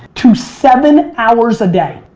to seven hours a day.